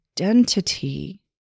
identity